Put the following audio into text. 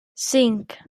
cinc